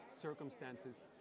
circumstances